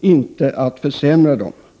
inte försämra dem.